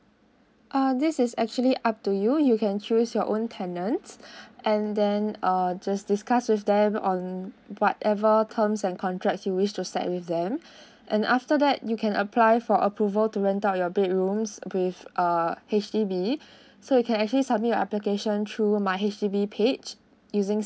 uh this is actually up to you you can choose your own tenants and then uh just discuss with them on whatever terms and contract you wish to set with them and after that you can apply for approval to rent out your bedrooms with uh H_D_B so you can actually submit your application through my H_D_B page using